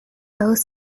both